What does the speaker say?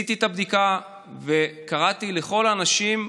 עשיתי את הבדיקה וקראתי לכל האנשים,